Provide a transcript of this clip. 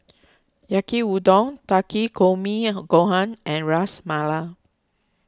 Yaki Udon Takikomi Gohan and Ras Malai